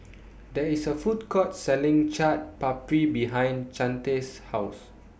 There IS A Food Court Selling Chaat Papri behind Chante's House